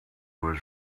was